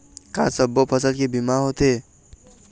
का सब्बो फसल के बीमा होथे?